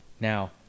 Now